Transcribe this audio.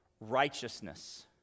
Righteousness